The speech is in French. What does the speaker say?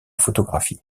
photographie